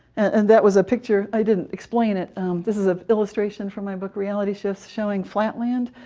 and that was a picture i didn't explain it this is a illustration from my book, reality shifts, showing flatland,